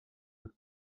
œufs